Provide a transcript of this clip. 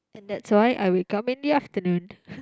and that's why I will come in the afternoon